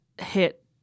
hit